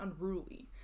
unruly